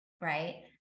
right